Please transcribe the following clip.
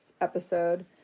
episode